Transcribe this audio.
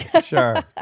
sure